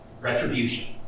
Retribution